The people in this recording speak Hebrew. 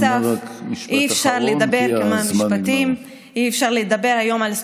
לגבי עצמאים, כבוד